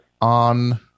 on